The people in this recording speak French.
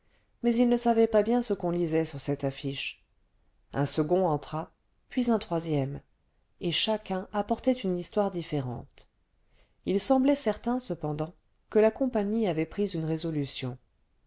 mais il ne savait pas bien ce qu'on lisait sur cette affiche un second entra puis un troisième et chacun apportait une histoire différente il semblait certain cependant que la compagnie avait pris une résolution